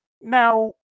Now